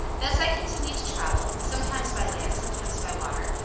thus i continued to travel, sometimes by land, sometimes by water,